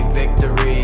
victory